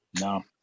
no